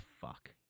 fuck